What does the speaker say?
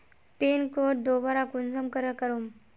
Pin code दोबारा कुंसम करे करूम?